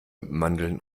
mandeln